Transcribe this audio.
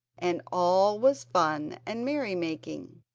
and all was fun and merry-making.